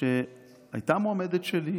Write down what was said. שהייתה מועמדת שלי,